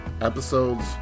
episodes